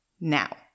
Now